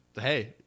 Hey